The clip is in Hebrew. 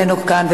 איננו כאן,